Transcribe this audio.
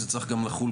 זה צריך גם לחול,